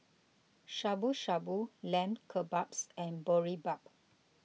Shabu Shabu Lamb Kebabs and Boribap